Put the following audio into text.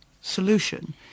solution